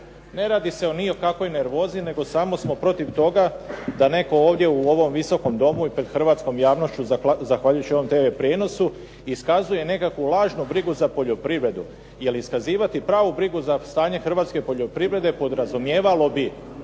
Ne radi se ni o kakvoj nervozi, nego samo smo protiv toga da netko ovdje u ovom Visokom domu i pred hrvatskom javnošću zahvaljujući ovom TV prijenosi iskazuje nekakvu lažnu brigu za poljoprivredu. Jer iskazivati pravu brigu za stanje hrvatske poljoprivrede podrazumijevalo bi